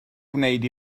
gwneud